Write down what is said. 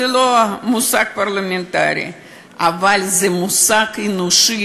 זה לא מושג פרלמנטרי אבל זה מושג אנושי,